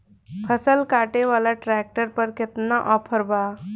फसल काटे वाला ट्रैक्टर पर केतना ऑफर बा?